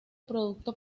producto